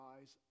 eyes